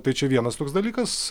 tai čia vienas toks dalykas